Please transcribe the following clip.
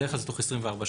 בדרך כלל זה תוך 24 שעות.